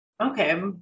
Okay